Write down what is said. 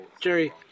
Jerry